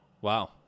Wow